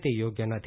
તે યોગ્ય નથી